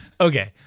okay